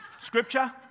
Scripture